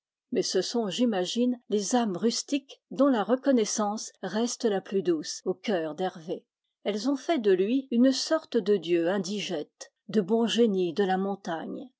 mais ce sont j'imagine les âmes rustiques dont la reconnaissance reste la plus douce au cœur d'hervé elles ont fait de lui une sorte de dieu indigète de bon génie de la montagne